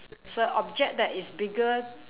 so object that is bigger